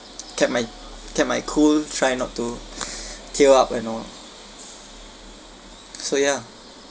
kept my kept my cool try not to tear up and all so ya